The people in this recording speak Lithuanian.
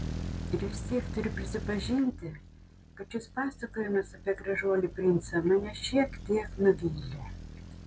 ir vis tiek turiu prisipažinti kad šis pasakojimas apie gražuolį princą mane šiek tiek nuvylė